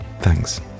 Thanks